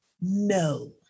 No